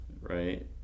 right